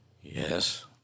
Yes